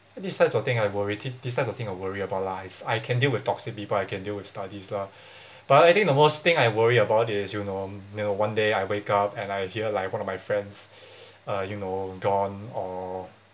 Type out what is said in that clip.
this types of thing I worry this types of thing I worry about lies I can deal with toxic people I can deal with studies lah but I think the most thing I worry about is you know when one day I wake up and I hear like one of my friends uh you know gone or